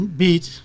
beat